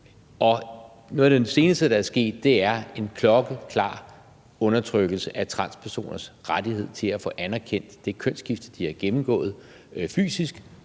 Noget af det seneste, der er sket, er en klokkeklar undertrykkelse af transpersoners rettighed til at få anerkendt det kønsskifte, de har gennemgået fysisk,